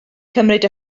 cymryd